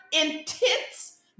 intense